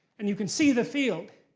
and you can see the field.